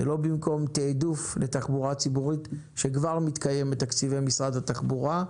זה לא במקום תעדוף לתחבורה ציבורית שכבר מתקיים בתקציבי משרד התחבורה,